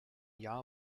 jahr